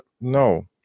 No